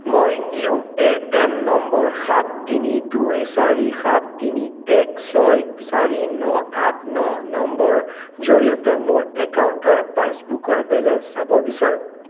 মই U A N নম্বৰ সাত তিনি দুই চাৰি সাত তিনি এক ছয় চাৰি ন আঠ ন নম্বৰ জৰিয়তে মোৰ একাউণ্টৰ পাছবুকৰ বেলেঞ্চ চাব বিচাৰোঁ